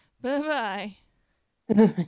Bye-bye